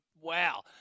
wow